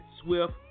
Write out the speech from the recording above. swift